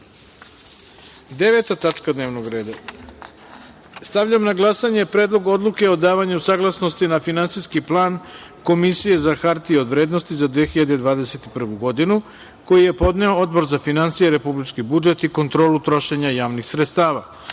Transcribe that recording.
odluke. Deveta tačka dnevnog reda. Stavljam na glasanje Predlog Odluke o davanju saglasnosti na Finansijski plan Komisije za hartije od vrednosti za 2021. godinu, koji je podneo Odbor za finansije, republički budžet i kontrolu trošenja javnih sredstava. Molim